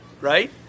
right